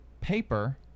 Paper